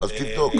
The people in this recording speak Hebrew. אז תבדוק.